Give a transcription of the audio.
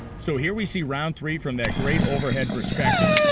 so here we see round three from that great overhead perspective.